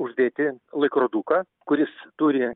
uždėti laikroduką kuris turi